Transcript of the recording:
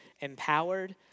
empowered